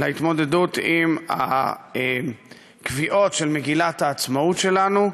להתמודדות עם הקביעות של מגילת העצמאות שלנו.